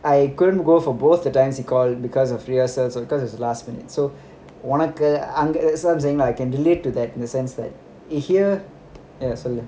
I couldn't go for both the dance he called because of rehearsals because it's the last minute so உனக்கு:unaku so I'm saying like I can relate to that in a sense that it here so ya